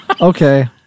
Okay